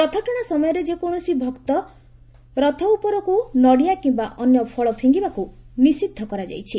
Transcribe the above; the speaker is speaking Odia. ରଥଟଣା ସମୟରେ କୌଣସି ଭକ୍ତ ରଥ ଉପରକୁ ନଡିଆ କିମ୍ୟା ଅନ୍ୟ ଫଳ ଫିଙ୍ଗିବାକୁ ନିଷିଦ୍ଧ କରାଯାଇଛି